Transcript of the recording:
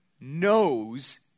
knows